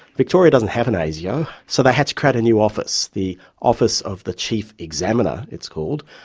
victoria doesn't have an asio, so they had to create a new office, the office of the chief examiner, it's called,